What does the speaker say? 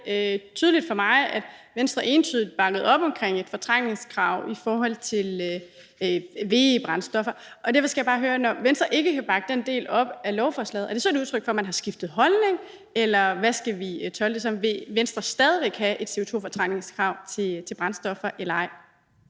det tydeligt for mig, at Venstre entydigt bakkede op om et fortrængningskrav i forhold til VE-brændstoffer, og derfor skal jeg bare høre: Når Venstre ikke kan bakke den del af lovforslaget op, er det så et udtryk for, at man har skiftet holdning, eller hvad skal vi tolke det som? Vil Venstre stadig væk have et CO2-fortrængningskrav til brændstoffer eller ej?